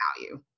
value